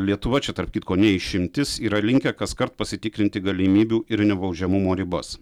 lietuva čia tarp kitko ne išimtis yra linkę kaskart pasitikrinti galimybių ir nebaudžiamumo ribas